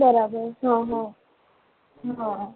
બરાબર હં હં હા